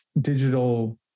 digital